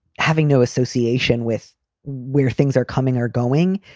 having no association with where things are coming or going,